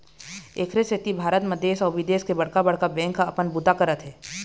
एखरे सेती भारत म देश अउ बिदेश के बड़का बड़का बेंक ह अपन बूता करत हे